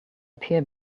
appear